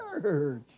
church